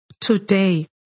Today